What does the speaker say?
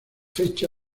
fecha